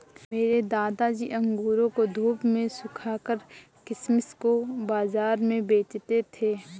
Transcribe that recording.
मेरे दादाजी अंगूरों को धूप में सुखाकर किशमिश को बाज़ार में बेचते थे